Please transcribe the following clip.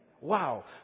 Wow